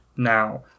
Now